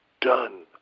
done